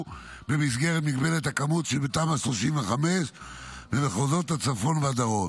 במסגרת מגבלת הכמות שבתמ"א 35 במחוזות הצפון והדרום.